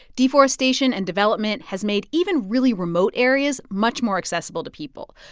deforestation and development has made even really remote areas much more accessible to people.